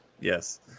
Yes